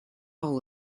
all